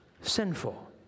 sinful